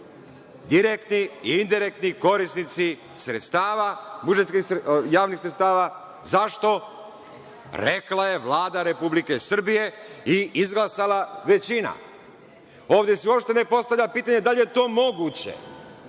direktni i indirektni korisnici sredstava, javnih sredstava. Zašto? Rekla je Vlada Republike Srbije i izglasala većina. Ovde se uopšte ne postavlja pitanje da li je to moguće,